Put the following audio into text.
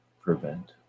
prevent